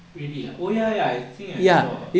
really ah oh ya ya ya I think I saw